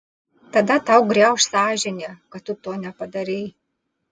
tada tau griauš sąžinė kad tu to nepadarei